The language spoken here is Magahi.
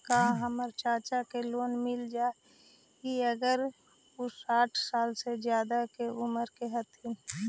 का हमर चाचा के लोन मिल जाई अगर उ साठ साल से ज्यादा के उमर के हथी?